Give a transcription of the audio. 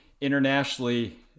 internationally